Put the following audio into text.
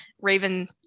raven